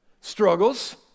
struggles